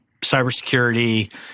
Cybersecurity